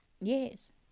Yes